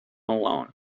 alone